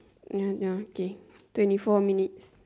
ya ya okay twenty four minutes